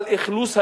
על אכלוס הנגב.